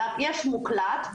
ויש מוקלט.